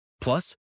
Plus